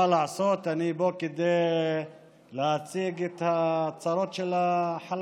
מה לעשות, אני פה, כדי להציג את הצרות של החלשים,